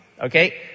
Okay